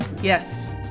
yes